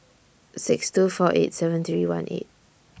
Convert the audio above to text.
six two four eight seven three one eight